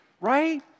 Right